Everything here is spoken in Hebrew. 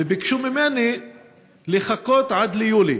וביקשו ממני לחכות עד יולי.